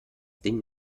ding